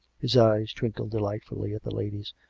his eyes twinkled delightfully at the ladies.